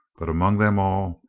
but among them all,